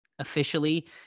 officially